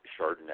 Chardonnay